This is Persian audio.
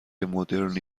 مدرنی